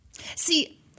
See